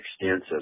extensive